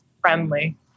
friendly